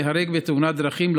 ייהרג בתאונת דרכים,